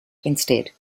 instead